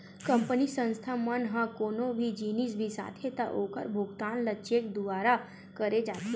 company, संस्था मन ह कोनो भी जिनिस बिसाथे त ओखर भुगतान ल चेक दुवारा करे जाथे